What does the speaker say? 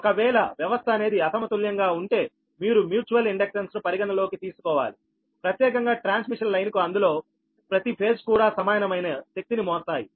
ఒకవేళ వ్యవస్థ అనేది అసమతుల్యంగా ఉంటే మీరు మ్యూచువల్ ఇండక్టెన్స్ ను పరిగణలోకి తీసుకోవాలి ప్రత్యేకంగా ట్రాన్స్మిషన్ లైన్ కు అందులో ప్రతి ఫేజ్ కూడా సమానమైన శక్తిని మోస్తాయి